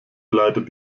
leidet